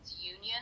union